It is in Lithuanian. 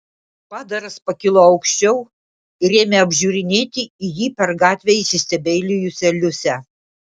padaras pakilo aukščiau ir ėmė apžiūrinėti į jį per gatvę įsistebeilijusią liusę